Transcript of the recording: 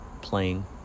playing